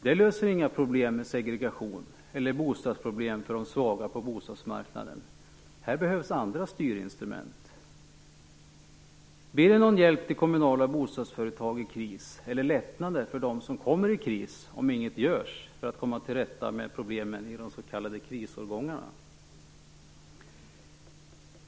Det löser inga problem med segregation eller bostadsproblem för de svaga på bostadsmarknaden. Här behövs andra styrinstrument. Blir det någon hjälp till kommunala bostadsföretag i kris eller lättnader för dem som kommer i kris om det inte görs någonting för att komma till rätta med problemen i de s.k. krisomgångarna?